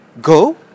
go